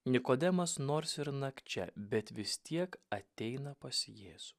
nikodemas nors ir nakčia bet vis tiek ateina pas jėzų